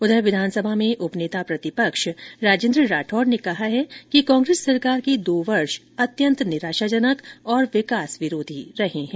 उधर विधानसभा में उपनेता प्रतिपक्ष राजेन्द्र राठौड़ ने कहा कि कांग्रेस सरकार के दो वर्ष अत्यन्त निराशाजनक और विकास विरोधी रहे हैं